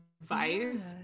advice